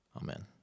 Amen